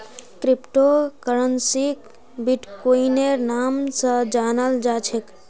crypto करन्सीक बिट्कोइनेर नाम स जानाल जा छेक